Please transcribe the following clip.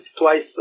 twice